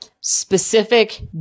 specific